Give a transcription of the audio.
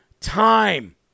time